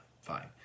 Fine